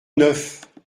neuf